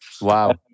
Wow